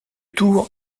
tour